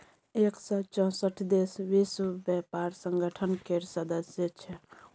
एक सय चौंसठ देश विश्व बेपार संगठन केर सदस्य छै